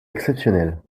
exceptionnelle